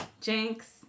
Jinx